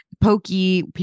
pokey